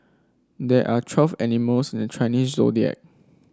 there are twelve animals in the Chinese Zodiac